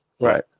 Right